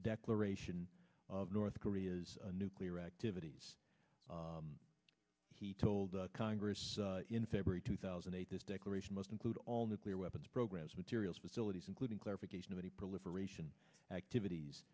declaration of north korea's nuclear activities he told the congress in february two thousand and eight this declaration must include all nuclear weapons programs materials facilities including clarification of any proliferation activities